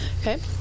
Okay